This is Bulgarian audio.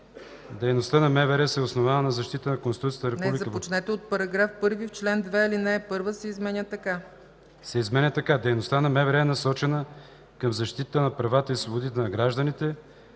Дейността на МВР е насочена към защита на правата и свободите на гражданите,